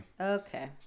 Okay